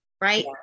right